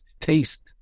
taste